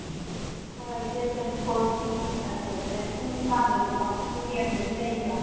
ꯍꯣꯏ ꯗꯦꯗ ꯇ꯭ꯋꯦꯟꯇꯤ ꯐꯣꯔꯒꯤ ꯀꯩꯅꯣꯗ ꯂꯩ ꯄꯨꯡ ꯅꯤꯄꯥꯟꯗꯒꯤꯀꯣ ꯑꯩꯠ ꯄꯤ ꯑꯦꯝꯗꯒꯤ ꯂꯩꯌꯦꯕ